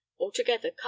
Altogether